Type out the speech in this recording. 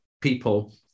people